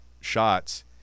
shots